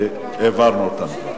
שהעברנו אותן.